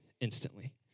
instantly